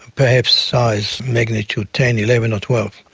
perhaps size magnitude ten, eleven or twelve.